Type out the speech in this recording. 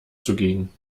zugegen